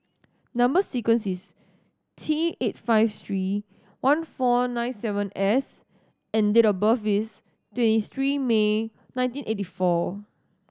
number sequence is T eight five three one four nine seven S and date of birth is twenty three May nineteen eighty four